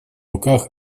руках